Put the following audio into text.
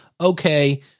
Okay